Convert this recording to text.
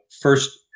first